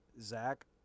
Zach